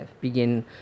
begin